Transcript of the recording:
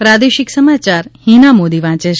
પ્રાદેશિક સમાચાર હિના મોદી વાંચે છે